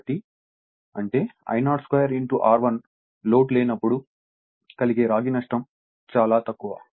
కాబట్టి అంటే I02 R1 load లేనప్పుడు కలిగే రాగి నష్టం చాలా తక్కువ